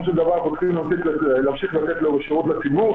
של דבר אנחנו צריכים להמשיך ולתת שירות לציבור.